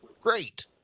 Great